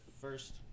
first –